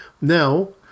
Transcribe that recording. now